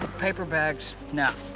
paperbacks. no.